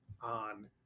on